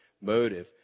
motive